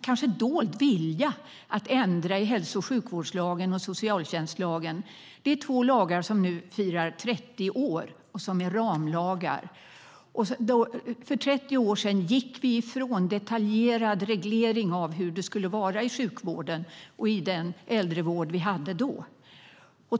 kanske dold vilja att ändra i hälso och sjukvårdslagen och socialtjänstlagen. Det är två lagar som nu firar 30 år och som är ramlagar. För 30 år sedan gick vi ifrån detaljerad reglering av hur det skulle vara i sjukvården och i den äldrevård som vi hade då.